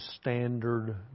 Standard